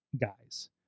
guys